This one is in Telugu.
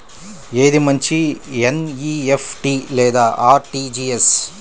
ఏది మంచి ఎన్.ఈ.ఎఫ్.టీ లేదా అర్.టీ.జీ.ఎస్?